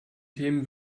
themen